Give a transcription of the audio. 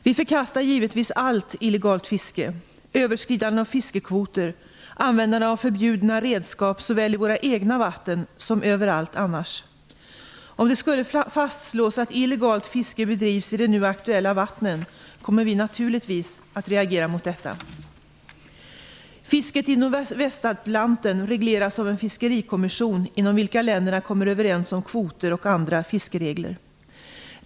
Vi förkastar givetvis allt illegalt fiske, överskridande av fiskekvoter och användande av förbjudna redskap såväl i våra egna vatten som överallt annars. Om det skulle fastslås att illegalt fiske bedrivs i de nu aktuella vattnen kommer vi naturligtvis att reagera mot detta. Fisket inom Nordvästatlanten regleras av en fiskerikommission inom vilka länderna kommer överens om kvoter och andra fiskeregler.